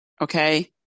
Okay